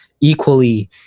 equally